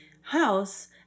house